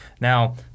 Now